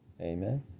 Amen